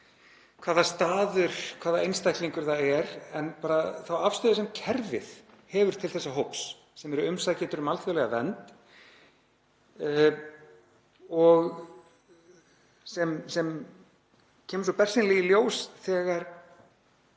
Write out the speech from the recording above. hvaða staður, hvaða einstaklingur það er, en bara þá afstöðu sem kerfið hefur til þessa hóps sem eru umsækjendur um alþjóðlega vernd og sem kemur svo bersýnilega í ljós þegar